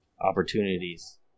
opportunities